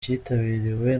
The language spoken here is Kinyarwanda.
cyitabiriwe